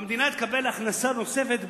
המדינה תקבל הכנסה נוספת,